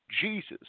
Jesus